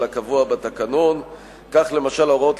על הקבוע בתקנון כיום.